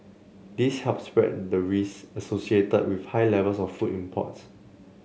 this helps spread the risk associated with high levels of food imports